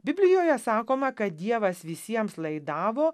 biblijoje sakoma kad dievas visiems laidavo